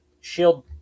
shield